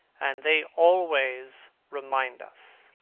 and they always remind us.